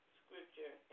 scripture